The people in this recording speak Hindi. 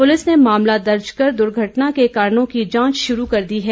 पुलिस ने मामला दर्ज कर दुर्घटना के कारणों की जांच शुरू कर दी है